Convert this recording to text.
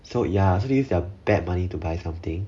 so ya so these are bad money to buy something